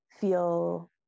feel